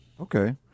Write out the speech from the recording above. Okay